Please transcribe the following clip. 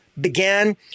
began